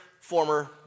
former